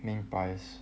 明白